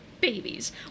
babies